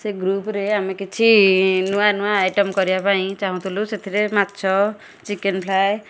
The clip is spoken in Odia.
ସେ ଗ୍ରୁପ୍ରେ ଆମେ କିଛି ନୂଆ ନୂଆ ଆଇଟମ୍ କରିବା ପାଇଁ ଚାହୁଁଥୁଲୁ ସେଥିରେ ମାଛ ଚିକେନ୍ ଫ୍ରାଏ